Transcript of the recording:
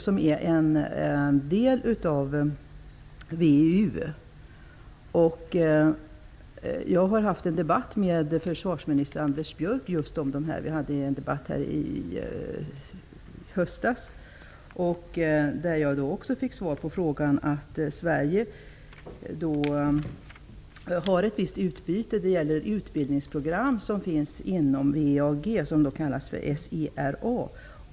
Det är en del av VEU. Jag debatterade detta med försvarsminister Anders Björck i höstas. Som svar på frågan fick jag då veta att Sverige har ett visst utbyte i form av ett utbildningsprogram som finns inom VEAG; det kallas SERA.